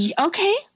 okay